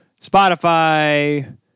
Spotify